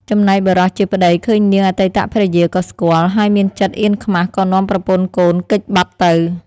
ចំណែកបុរសជាប្តីឃើញនាងអតីតភរិយាក៏ស្គាល់ ហើយមានចិត្តអៀនខ្មាស់ក៏នាំប្រពន្ធកូនគេចបាត់ទៅ។